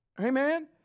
Amen